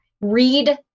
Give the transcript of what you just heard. Read